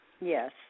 Yes